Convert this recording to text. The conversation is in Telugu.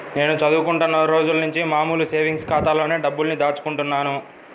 నేను చదువుకుంటున్న రోజులనుంచి మామూలు సేవింగ్స్ ఖాతాలోనే డబ్బుల్ని దాచుకుంటున్నాను